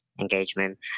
engagement